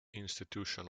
institution